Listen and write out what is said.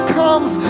comes